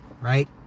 right